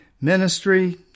ministry